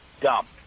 dump